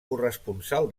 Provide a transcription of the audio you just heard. corresponsal